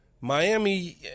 Miami